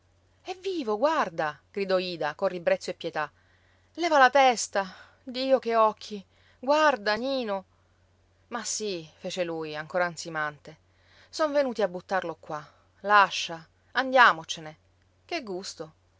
è vivo guarda gridò ida con ribrezzo e pietà leva la testa dio che occhi guarda nino ma sì fece lui ancora ansimante son venuti a buttarlo qua lascia andiamocene che gusto